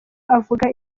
avuga